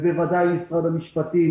ובוודאי עם משרד המשפט.